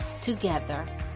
together